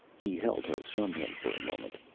he held her from him for a moment.